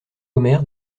omer